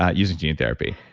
ah using gene therapy.